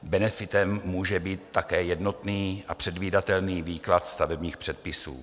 Benefitem může být také jednotný a předvídatelný výklad stavebních předpisů.